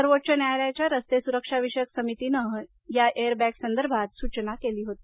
सर्वोच्च न्यायालयाच्या रस्ते सुरक्षाविषयक समितीनंही या एअर बॅग्जसंदर्भात सूचना केली होती